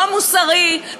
לא מוסרי,